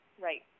Right